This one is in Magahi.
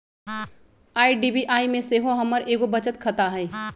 आई.डी.बी.आई में सेहो हमर एगो बचत खता हइ